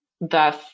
thus